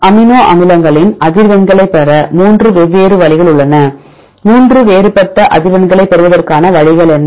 amino அமிலங்களின் அதிர்வெண்களைப் பெற 3 வெவ்வேறு வழிகள் உள்ளன 3 வேறுபட்ட அதிர்வெண்களைப் பெறுவதற்கான வழிகள் என்ன